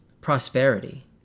prosperity